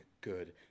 good